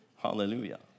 Hallelujah